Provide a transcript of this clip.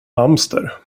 hamster